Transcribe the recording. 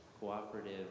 cooperative